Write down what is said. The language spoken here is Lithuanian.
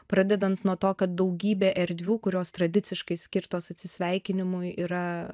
pradedant nuo to kad daugybė erdvių kurios tradiciškai skirtos atsisveikinimui yra